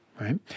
right